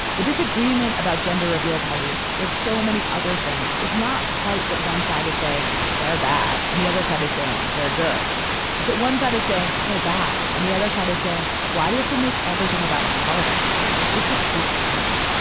the disagreement about gender reveal parties like so many other things is not quite that one side is saying they're bad and the other side is saying they're good it's that one side is saying they're bad and the other side is saying why do have to make everything about politics. it's just a cute party.